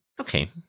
Okay